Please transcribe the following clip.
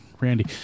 Randy